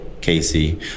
Casey